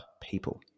people